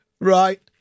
Right